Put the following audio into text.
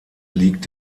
liegt